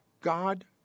God